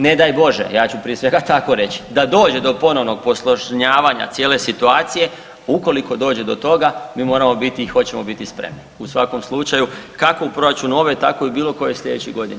Ne daj bože ja ću prije svega tako reći, da dođe do ponovnog posložnavanja cijele situacije ukoliko dođe do toga mi moramo biti i hoćemo biti spremni u svakom slučaju kako u proračunu ove tako i bilo koje sljedeće godine.